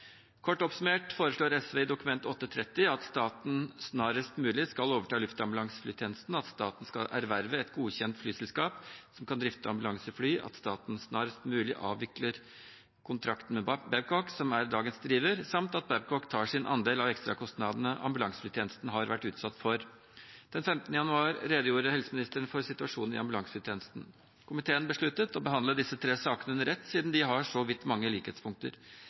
Kort oppsummert foreslår SV i Dokument 8:30 S for 2019–2020 at staten snarest mulig skal overta luftambulanseflytjenesten, at staten skal erverve et godkjent flyselskap som kan drifte ambulansefly, at staten snarest mulig avvikler kontrakten med Babcock, som er dagens driver, samt at Babcock tar sin andel av ekstrakostnadene ambulanseflytjenesten har vært utsatt for. Den 15. januar redegjorde helseministeren for situasjonen i ambulansetjenesten. Komiteen besluttet å behandle disse tre sakene under ett, siden de har så vidt mange likhetspunkter.